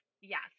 yes